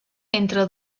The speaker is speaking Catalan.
entre